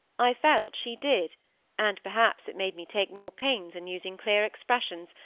i felt she did and perhaps it made me take more pains in using clear expressions,